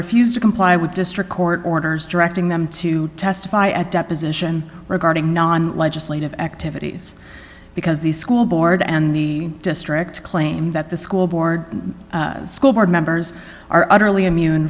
refused to comply with district court orders directing them to testify at deposition regarding non legislative activities because the school board and the district claimed that the school board school board members are utterly immune